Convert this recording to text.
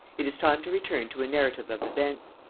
it is time to return to a narrative of events.